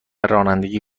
رانندگی